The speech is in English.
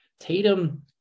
Tatum